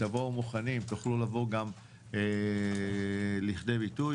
כשתבואו מוכנים, תוכלו לבוא גם לכדי ביטוי.